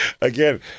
Again